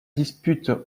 dispute